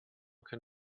can